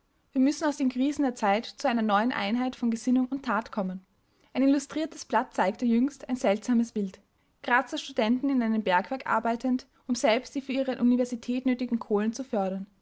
wir müssen aus den krisen der zeit zu einer neuen einheit von gesinnung und tat kommen ein illustriertes blatt zeigte jüngst ein seltsames bild grazer studenten in einem bergwerk arbeitend um selbst die für ihre universität nötigen kohlen zu fördern